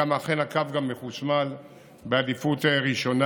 אכן, הקו גם מחושמל בעדיפות ראשונה.